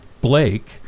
blake